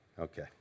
Okay